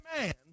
man